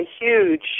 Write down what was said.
huge